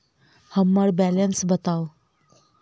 हम्मर बैलेंस बताऊ